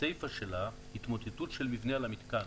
הסייפה שלה, "התמוטטות של מבנה על המתקן",